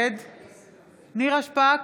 נגד נירה שפק,